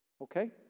okay